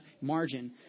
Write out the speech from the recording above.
margin